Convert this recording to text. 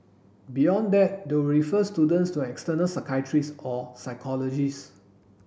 beyond that they will refer students to an external psychiatrist or psychologist